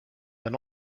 d’un